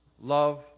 love